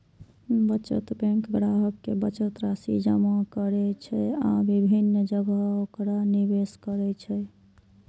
बचत बैंक ग्राहक के बचत राशि जमा करै छै आ विभिन्न जगह ओकरा निवेश करै छै